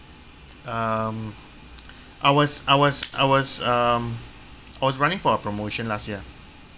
um I was I was I was um I was running for a promotion last year